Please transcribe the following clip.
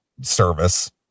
service